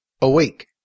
Awake